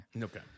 Okay